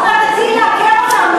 עוד מעט תציעי לעקר אותם.